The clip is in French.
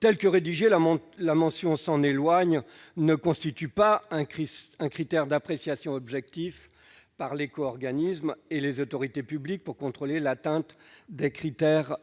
La mention « s'en éloigne » ne constitue pas un critère d'appréciation objectif par l'éco-organisme et les autorités publiques pour contrôler l'atteinte des critères